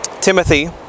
Timothy